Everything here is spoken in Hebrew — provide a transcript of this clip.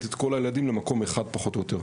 את כל הילדים למקום אחד פחות או יותר.